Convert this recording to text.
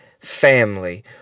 family